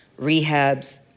rehabs